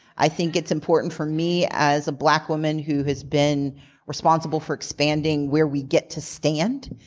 i think it's important for me as a black woman who has been responsible for expanding where we get to stand.